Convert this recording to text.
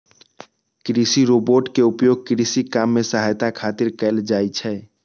कृषि रोबोट के उपयोग कृषि काम मे सहायता खातिर कैल जाइ छै